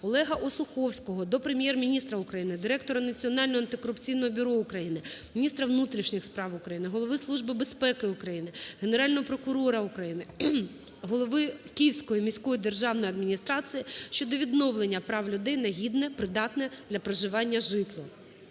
ОлегаОсуховського до Прем'єр-міністра України, директора Національного антикорупційного бюро України, міністра внутрішніх справ України, Голови Служби безпеки України, Генерального прокурора України, голови Київської міської державної адміністрації щодо відновлення прав людей на гідне, придатне для проживання житло.